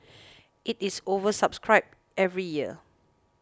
it is oversubscribed every year